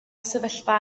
sefyllfa